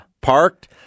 parked